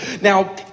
Now